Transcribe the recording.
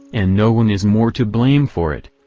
and no one is more to blame for it.